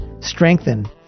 Strengthen